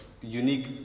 unique